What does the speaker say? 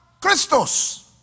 Christos